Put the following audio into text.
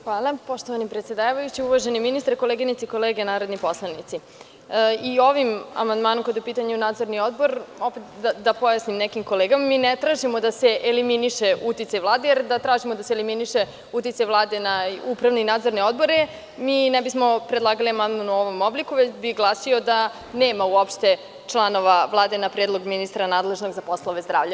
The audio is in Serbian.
Hvala poštovani predsedavajući, uvaženi ministre, koleginice i kolege narodni poslanici, ovim amandmanom kada je u pitanju nadzorni odbor da pojasnim nekim kolega, mi ne tražimo da se eliminiše uticaj Vlade, jer da tražimo da se eliminiše uticaj Vlade na upravni i nadzorni odbor, mi ne bismo predlagali amandman u ovom obliku već bi glasio da nema uopšte članova Vlade na predlog ministra, nadležnog za poslove zdravlja.